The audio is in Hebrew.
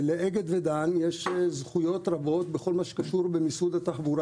לאגד ודן יש זכויות רבות בכל הקשור למיסוד התחבורה